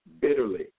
bitterly